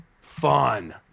fun